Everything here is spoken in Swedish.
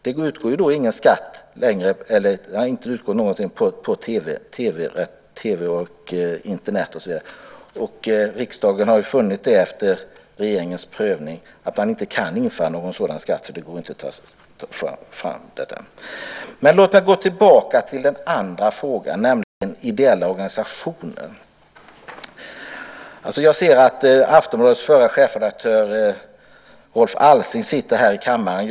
Det har ju inte utgått någon skatt vad gäller TV, Internet och så vidare, och riksdagen har efter regeringens prövning funnit att man inte kan införa en sådan skatt. Det går inte att ta fram något sådant. Låt mig gå tillbaka till den andra frågan, nämligen den om ideella organisationer. Jag ser att Aftonbladets förre chefredaktör Rolf Alsing just nu sitter här i kammaren.